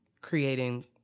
creating